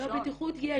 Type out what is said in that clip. לא, בטיחות יש.